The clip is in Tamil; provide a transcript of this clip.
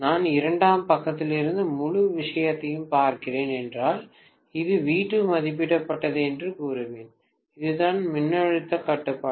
நான் இரண்டாம் பக்கத்திலிருந்து முழு விஷயத்தையும் பார்க்கிறேன் என்றால் இது வி 2 மதிப்பிடப்பட்டது என்று கூறுவேன் இதுதான் மின்னழுத்த கட்டுப்பாடு